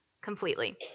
completely